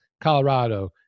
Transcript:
Colorado